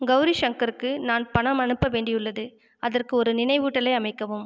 கௌரி சங்கருக்கு நான் பணம் அனுப்ப வேண்டியுள்ளது அதற்கு ஒரு நினைவூட்டலை அமைக்கவும்